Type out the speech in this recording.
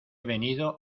venido